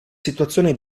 situazione